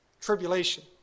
tribulation